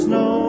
no